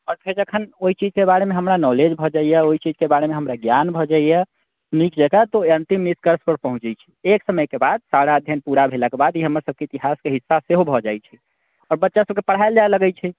आओर फेर जखन हमरा ओहि चीजके बारेमे हमरा नौलेज भए जाइए ओहि चीजके बारेमे हमरा ज्ञान भए जाइए नीक जकाँ तऽ ओहि अन्तिम निष्कर्ष पर पहुँचैत छी एक समयके बाद सारा अध्ययन पूरा भेलाके बाद ई हमर सभकेँ इतिहासके हिस्सा सेहो भए जाइत छै आओर बच्चा सभकेँ पढ़ाएल जाए लगैत छै